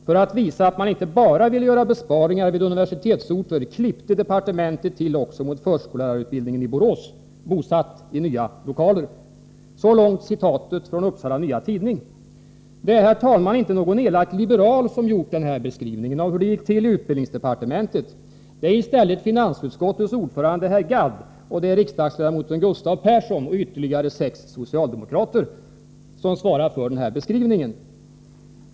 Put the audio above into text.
För att visa att man inte bara ville göra besparingar vid universitetsorter, klippte departementet till också mot förskollärarutbildningen i Borås, bosatt i nya lokaler”. Det är inte någon elak liberal som gjort den här beskrivningen av hur det gick tilli utbildningsdepartementet. Det är i stället finansutskottets ordförande Arne Gadd och riksdagsledamoten Gustav Persson samt ytterligare sex socialdemokrater som svarar för den här beskrivningen.